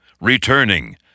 returning